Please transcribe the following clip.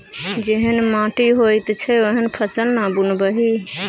जेहन माटि होइत छै ओहने फसल ना बुनबिही